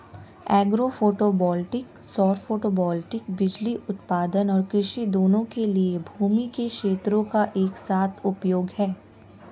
agro photovoltaic सौर photovoltaic बिजली उत्पादन और कृषि दोनों के लिए भूमि के क्षेत्रों का एक साथ उपयोग है